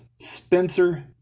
Spencer